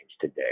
today